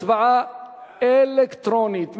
הצבעה אלקטרונית.